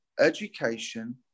education